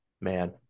man